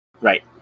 Right